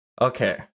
okay